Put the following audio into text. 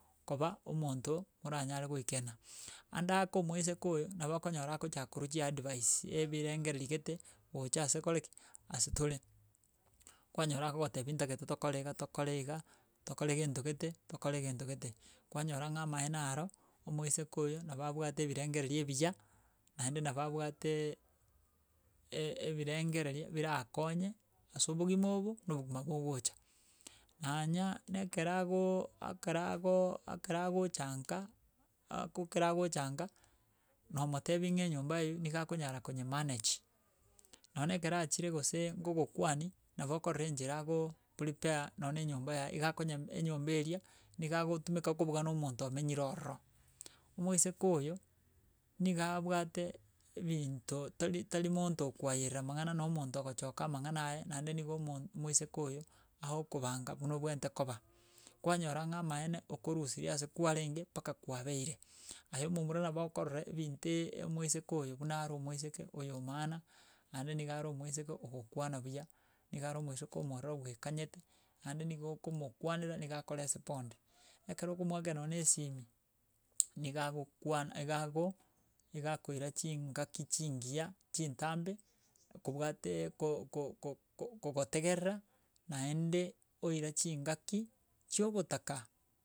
Koba omonto oranyare koekena, ande ake omoiseke oyo nabo okonyora akochaka korwa chiadvice ebirengereri gete, gocha ase koreki, ase tore. Kwanyora agobatebi ntagete tokore iga tokore iga, tokore gento gete tokore gento gete, kwanyora ng'a amaene aro, omoiseke oyo nabo abwate ebirengereri ebiya naende nabo abwateeeee e- e ebirengereria birakonye, ase obogima obo, na obogima bogocha. Nanya na ekero ago akara ago akara agochanga nka, a- ko ekero agocha nka, nomotebi ng'a enyomba eywo niga akonyara konyemanage. Nonye na ekera achire gose ngogokwania, nabo okorora enchera ago prepare nonye na enyomba yago, iga akonye enyomba eria, niga agotumeka okobuga na omonto omenyire ororo. Omoiseke oyo, niga abwate ebinto tori tari monto okwayerera mang'ana na omonto ogochoka amang'ana aye, naende nigo omo omoiseke oyo, agokobanga buna obwenerete koba, kwanyora ng'a amaene okorusirie ase kwarenge mpaka kwabeire. Aye omomura nabo okorora ebinte omoiseke oyo buna are omoiseke oyo maana naende niga are omoiseke ogokwana buya, niga are omoiseke omwororo bwekanyete, ande nigo okomokwanera niga akorespond. Ekero okomoakera nonye esimi, niga agokwana iga ago iga akoira chingaki chingiya chintambe kobwatee ko ko ko kogotegerera, naende oira ching'aki chiobotaka.